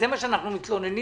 לא יכול להיות שאנחנו קובעים